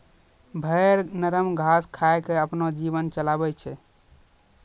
भेड़ नरम घास खाय क आपनो जीवन चलाबै छै